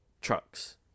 trucks